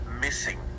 missing